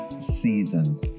season